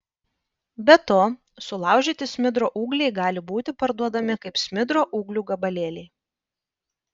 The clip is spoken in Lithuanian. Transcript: be to sulaužyti smidro ūgliai gali būti parduodami kaip smidro ūglių gabalėliai